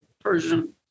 Persian